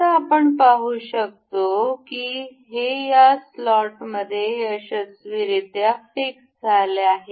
आता आपण पाहु शकतो की हे या स्लॉटमध्ये यशस्वीरित्या फिक्स झाले आहे